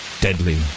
Deadly